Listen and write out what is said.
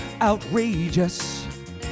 outrageous